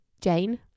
jane